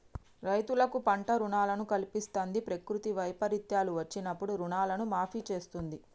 రైతులకు పంట రుణాలను కల్పిస్తంది, ప్రకృతి వైపరీత్యాలు వచ్చినప్పుడు రుణాలను మాఫీ చేస్తుంది